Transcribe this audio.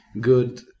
good